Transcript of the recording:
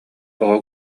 оҕо